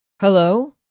Hello